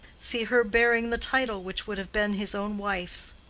see her bearing the title which would have been his own wife's.